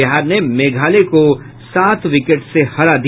बिहार ने मेघालय को सात विकेट से हराया